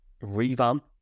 revamp